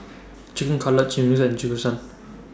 Chicken Cutlet Chimichangas and Jingisukan